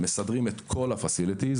מסדרים את כל המתקנים.